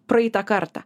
praeitą kartą